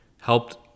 helped